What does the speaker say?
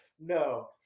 no